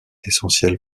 essentiel